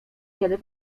kiedy